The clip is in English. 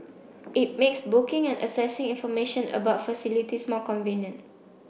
it makes booking and accessing information about facilities more convenient